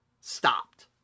stopped